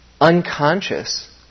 unconscious